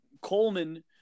Coleman